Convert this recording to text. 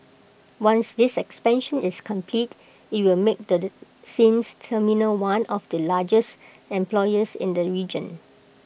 once this expansion is complete IT will make the Sines terminal one of the largest employers in the region